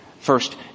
First